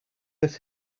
that